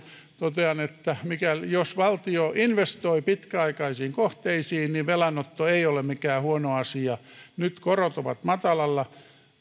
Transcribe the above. totean että jos valtio investoi pitkäaikaisiin kohteisiin niin velanotto ei ole mikään huono asia nyt korot ovat matalalla